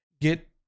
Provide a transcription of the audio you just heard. get